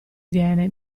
viene